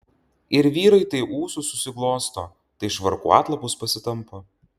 ir vyrai tai ūsus susiglosto tai švarkų atlapus pasitampo